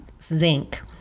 zinc